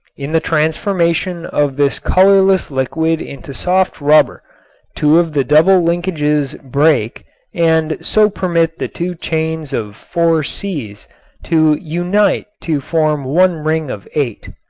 in the transformation of this colorless liquid into soft rubber two of the double linkages break and so permit the two chains of four c's to unite to form one ring of eight.